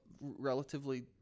relatively